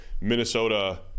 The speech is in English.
Minnesota